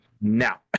now